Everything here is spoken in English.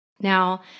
Now